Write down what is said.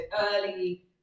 early